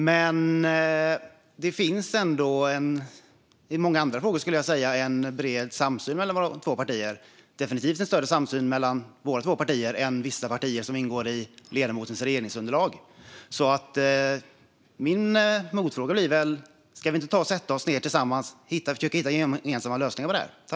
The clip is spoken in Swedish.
Men i många andra frågor finns det ändå bred samsyn mellan våra två partier. Det finns definitivt större samsyn mellan våra partier än det gör med vissa partier som ingår i ledamotens regeringsunderlag. Min motfråga blir alltså: Ska vi inte sätta oss ned tillsammans och försöka hitta gemensamma lösningar på detta?